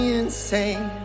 insane